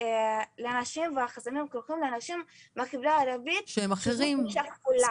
לנשים ואת החסמים הכרוכים לנשים בחברה הערבית שהם בצורה כפולה.